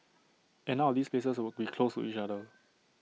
and none of these places would be close to each other